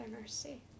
mercy